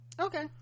okay